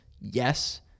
Yes